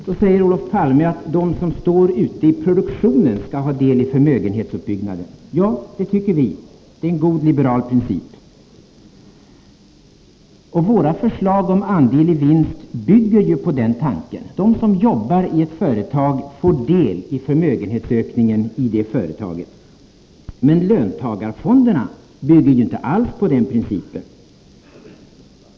Så säger Olof Palme att de som står ute i produktionen skall ha del i förmögenhetsuppbyggnaden. Ja, det tycker vi, det är en god liberal princip. Och våra förslag till andel i vinst bygger på den tanken: de som arbetar i ett företag får del i förmögenhetsökningen i det företaget. Men löntagarfonderna bygger ju inte alls på den principen.